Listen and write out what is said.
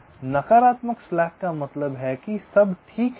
slack सकारात्मक का मतलब है कि सब ठीक है